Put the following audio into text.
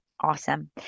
Awesome